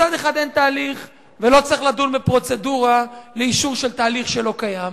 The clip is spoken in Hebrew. מצד אחד אין תהליך ולא צריך לדון בפרוצדורה לאישור של תהליך שלא קיים,